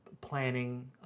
planning